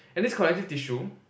and this connective tissue